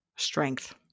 strength